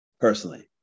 personally